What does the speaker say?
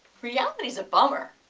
reality's a bummer.